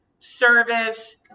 service